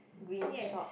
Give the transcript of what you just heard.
green short